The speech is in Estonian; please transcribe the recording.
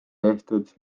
tehtud